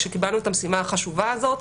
כשקיבלנו את המשימה החשובה הזאת,